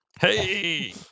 Hey